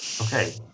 okay